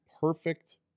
perfect